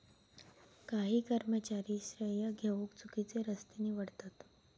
काही कर्मचारी श्रेय घेउक चुकिचे रस्ते निवडतत